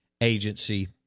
agency